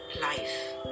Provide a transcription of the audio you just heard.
life